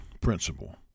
principle